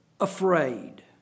afraid